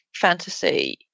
fantasy